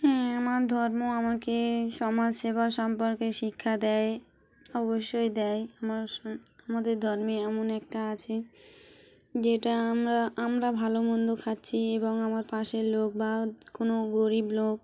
হ্যাঁ আমার ধর্ম আমাকে সমাজসেবা সম্পর্কে শিক্ষা দেয় অবশ্যই দেয় আমার আমাদের ধর্মে এমন একটা আছে যেটা আমরা আমরা ভালো মন্দ খাচ্ছি এবং আমার পাশের লোক বা কোনো গরিব লোক